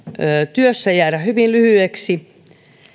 työssä jäädä hyvin lyhyeksi